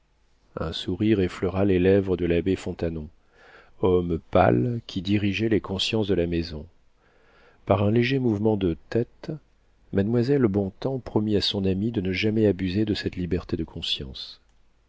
un sourire effleura les lèvres de l'abbé fontanon homme pâle qui dirigeait les consciences de la maison par un léger mouvement de tête mademoiselle bontems promit à son ami de ne jamais abuser de cette liberté de conscience